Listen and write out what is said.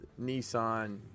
Nissan